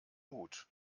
mut